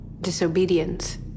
Disobedience